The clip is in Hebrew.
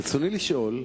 רצוני לשאול: